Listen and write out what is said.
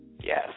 Yes